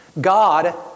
God